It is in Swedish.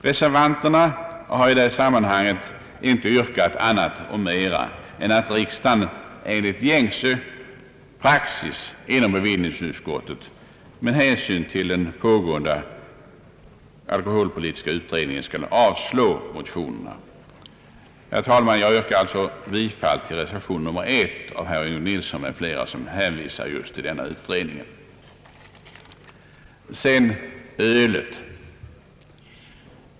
Reservanterna har i detta sammanhang inte yrkat annat och mera än att riksdagen med hänsyn till gängse praxis och på grund av den pågående alkoholpolitiska utredningen skall avslå motionerna. Herr talman! Jag yrkar bifall till reservation nr 1 av herr Yngve Nilsson, i vilken det hänvisas just till denna utredning. Sedan vill jag, herr talman, säga några ord om ölet.